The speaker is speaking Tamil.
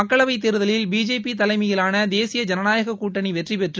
மக்களவைத் தேர்தலில் பிஜேபி தலைமையிலான தேசிய ஜனநாயக கூட்டணி வெற்றி பெற்று